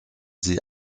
sie